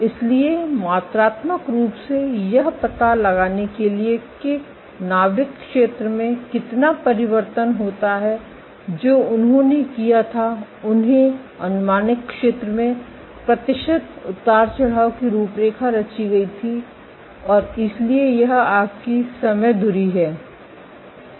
इसलिए मात्रात्मक रूप से यह पता लगाने के लिए कि नाभिक क्षेत्र में कितना परिवर्तन होता है जो उन्होंने किया था उन्हें अनुमानित क्षेत्र में प्रतिशत उतार चढ़ाव की रूपरेखा रची गई थी और इसलिए यह आपकी समय धुरी है